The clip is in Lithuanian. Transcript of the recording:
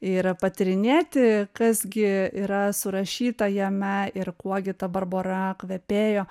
ir patyrinėti kas gi yra surašyta jame ir kuo gi ta barbora kvepėjo